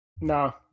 No